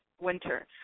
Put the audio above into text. winter